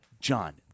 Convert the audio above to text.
John